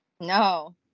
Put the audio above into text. No